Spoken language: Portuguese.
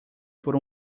por